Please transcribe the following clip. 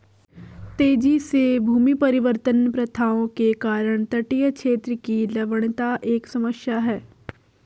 तेजी से भूमि परिवर्तन प्रथाओं के कारण तटीय क्षेत्र की लवणता एक समस्या है